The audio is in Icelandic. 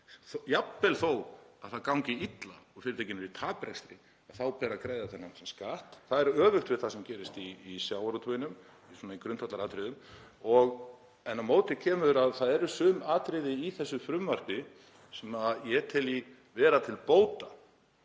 jafnvel þó að það gangi illa og fyrirtækin séu í taprekstri þá ber þeim að greiða þennan skatt. Það er öfugt við það sem gerist í sjávarútveginum í grundvallaratriðum. En á móti kemur að það eru sum atriði í þessu frumvarpi sem ég tel vera til bóta